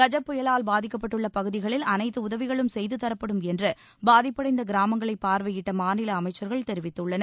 கஜ புயலால் பாதிக்கப்பட்டுள்ள பகுதிகளில் அனைத்து உதவிகளும் செய்து தரப்படும் என்று பாதிப்படைந்த கிராமங்களை பார்வையிட்ட மாநில அமைச்சர்கள் தெரிவித்துள்ளனர்